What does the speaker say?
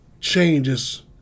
changes